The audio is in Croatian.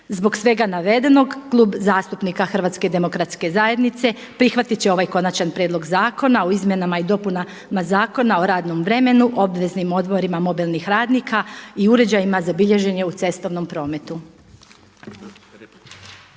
Zbog svega navedenog Klub zastupnika HDZ-a prihvatit će ovaj Konačan prijedlog Zakona o izmjenama i dopunama Zakona o radnom vremenu, obveznim odmorima mobilnih radnika i uređajima za bilježenje u cestovnom prometu.